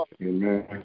Amen